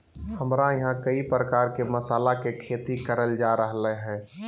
हमरा यहां कई प्रकार के मसाला के खेती करल जा रहल हई